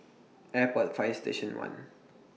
Airport Fire Station one